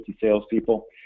salespeople